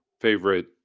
favorite